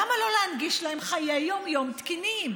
למה לא להנגיש להם חיי יום-יום תקינים?